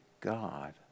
God